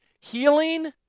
healing